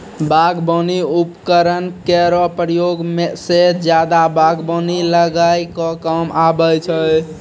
बागबानी उपकरन केरो प्रयोग सें जादा बागबानी लगाय क काम आबै छै